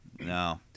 No